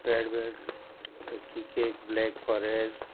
red velvet cake black forest